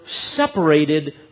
separated